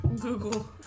Google